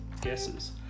guesses